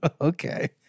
Okay